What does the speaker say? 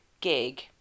gig